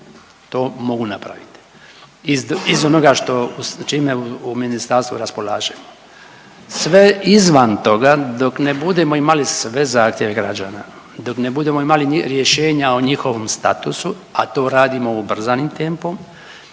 To mogu napravit iz onoga što, čime u Ministarstvu raspolaže. Sve izvan toga dok ne budemo imali sve zahtjeve građana, dok ne budemo imali ni rješenja o njihovom statusu, a to radimo ubrzanim tempom,